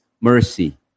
mercy